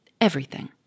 Everything